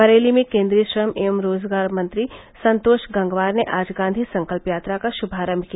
बरेली में केन्द्रीय श्रम एवं रोजगार मंत्री संतोष गंगवार ने आज गांधी संकल्प यात्रा का शुभारम्म किया